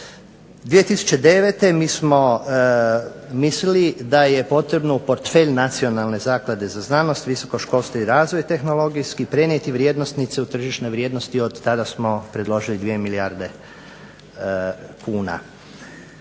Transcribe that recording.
2009. mi smo mislili da je potrebno portfelj Nacionalne zaklade za znanost, visoko školstvo i razvoj tehnologijski prenijeti vrijednosnice u tržišne vrijednosti i otada smo predložili 2 milijarde kuna.